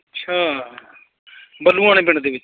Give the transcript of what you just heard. ਅੱਛਾ ਬਲੂਆਣੇ ਪਿੰਡ ਦੇ ਵਿੱਚ